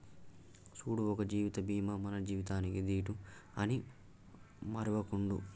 సూడు ఒక జీవిత బీమా మన జీవితానికీ దీటు అని మరువకుండు